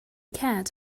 cat